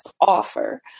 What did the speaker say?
offer